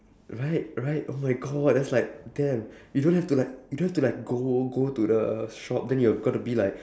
right right oh my god that's like damn you don't have to like you don't have to like go go to the shop then you gotta be like